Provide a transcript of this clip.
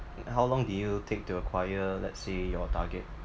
how long did you take to acquire let's say your target